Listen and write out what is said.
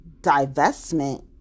divestment